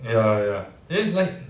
ya ya then like